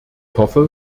hoffe